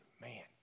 man